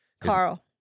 Carl